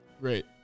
Great